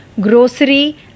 grocery